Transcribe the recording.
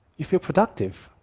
you feel productive.